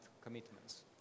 commitments